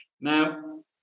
Now